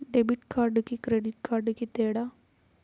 Debit కార్డుకి credit కార్డుకి తేడా?